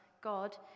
God